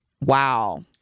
Wow